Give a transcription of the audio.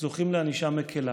זוכים לענישה מקילה.